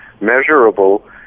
measurable